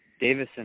Davison